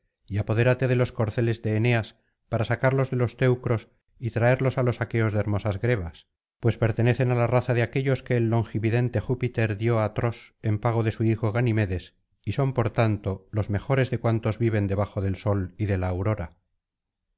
y apodérate de los corceles de eneas para sacarlos de los teucros y traerlos á los aqueos de hermosas grebas pues pertenecen á la raza de aquellos que el longividente júpiter dio á tros en pago de su hijo ganimedes y son por tanto los mejores de cuantos viven debajo del sol y de la aurora